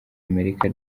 amerika